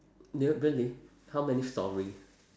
ya really how many storey